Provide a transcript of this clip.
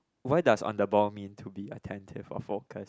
why does on the ball mean to be attentive or focused